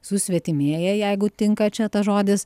susvetimėję jeigu tinka čia tas žodis